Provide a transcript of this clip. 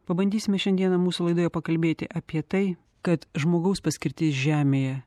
pabandysime šiandieną mūsų laidoje pakalbėti apie tai kad žmogaus paskirtis žemėje